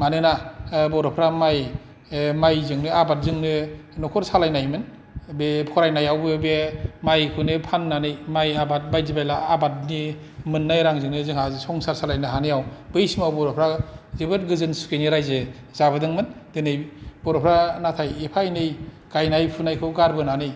मानोना बर'फ्रा माइ माइजोंनो आबाद जोंनो न'खर सालायनायमोन बे फरायनायावबो बे माइखौनो फाननानै माइ आबाद बायदि बायला आबादनि मोननाय रांजोंनो जोंहा संसार सालायनो हानायाव बै समाव बर' फोरा जोबोत गोजोन सुखिनि रायजो जाबोदोंमोन दिनै बर'फ्रा नाथाय एफा एनै गायनाय फुनायखौ गारबोनानै